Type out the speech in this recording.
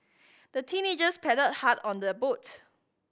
the teenagers paddled hard on their boat